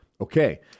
Okay